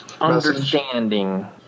understanding